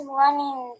running